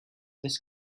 this